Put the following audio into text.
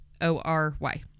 O-R-Y